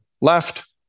left